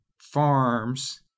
farms